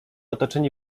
otoczeni